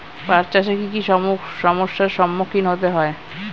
পাঠ চাষে কী কী সমস্যার সম্মুখীন হতে হয়?